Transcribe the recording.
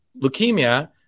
leukemia